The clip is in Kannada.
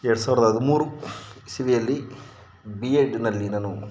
ಎರ್ಡು ಸಾವ್ರ್ದ ಹದ್ಮೂರು ಇಸವಿಯಲ್ಲಿ ಬಿ ಎಡ್ನಲ್ಲಿ ನಾನು